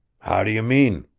how do you mean?